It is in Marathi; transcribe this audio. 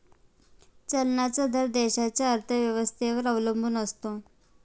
चलनाचा दर देशाच्या अर्थव्यवस्थेवर अवलंबून असतो